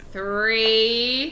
Three